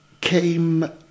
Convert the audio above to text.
came